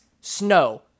snow